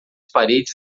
paredes